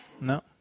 No